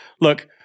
Look